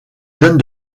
jeune